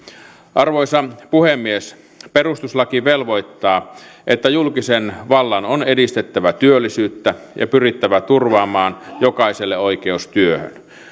arvoisa puhemies perustuslaki velvoittaa että julkisen vallan on edistettävä työllisyyttä ja pyrittävä turvaamaan jokaiselle oikeus työhön